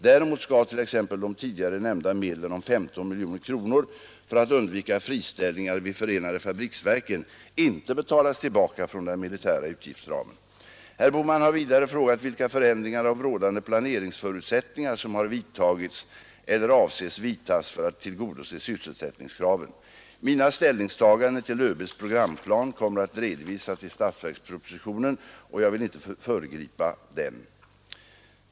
Däremot skall t.ex. de tidigare nämnda medlen om 15 miljoner kronor för att undvika friställningar vid förenade fabriksverken inte betalas tillbaka från den militära utgiftsramen. ringsförutsättningar som har vidtagits eller avses vidtas för att tillgodose sysselsättningskraven. Mina ställningstaganden till ÖB:s programplan kommer att redovisas i statsverkspropositionen och jag vill inte föregripa dem.